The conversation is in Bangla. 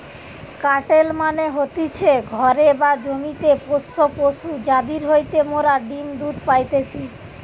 কাটেল মানে হতিছে ঘরে বা জমিতে পোষ্য পশু যাদির হইতে মোরা ডিম্ দুধ পাইতেছি